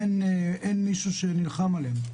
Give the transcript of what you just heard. אין מישהו שנלחם עליהם.